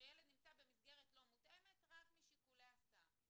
שילד נמצא במסגרת לא מותאמת רק משיקולי הסעה,